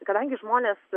kadangi žmonės